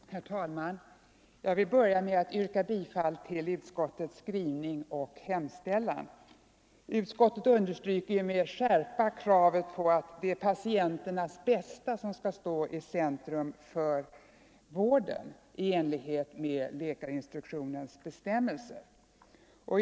Herr talman! Jag vill börja med att yrka bifall till utskottets skrivning och hemställan. Utskottet understryker med skärpa kravet på att patienternas bästa skall stå i centrum för vården i enlighet med läkarinstruktionens bestämmelse.